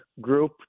group